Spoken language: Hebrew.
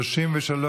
התשפ"ג 2022,